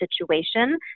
situation